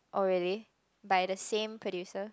already by the same producer